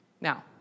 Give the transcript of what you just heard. Now